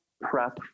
prep